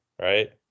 right